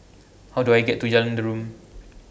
How Do I get to Jalan Derum